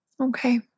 Okay